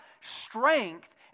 strength